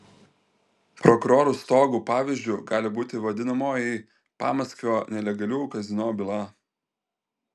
prokurorų stogų pavyzdžiu gali būti vadinamoji pamaskvio nelegalių kazino byla